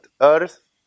Earth